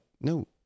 No